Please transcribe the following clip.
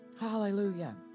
Hallelujah